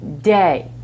day